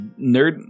nerd